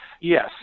Yes